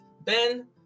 Ben